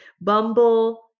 Bumble